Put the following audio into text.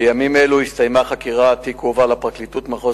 בימים אלה הסתיימה החקירה והתיק הועבר לפרקליטות מחוז